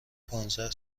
پانزده